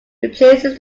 replaces